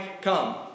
come